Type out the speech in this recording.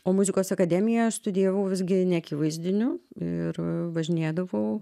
o muzikos akademijoe studijavau visgi neakivaizdiniu ir važinėdavau